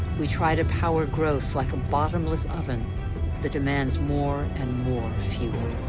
we try to power growth like a bottomless oven that demands more and more fuel.